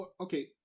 Okay